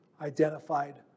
identified